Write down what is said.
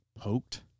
poked